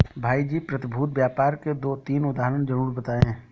भाई जी प्रतिभूति व्यापार के दो तीन उदाहरण जरूर बताएं?